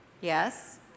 Yes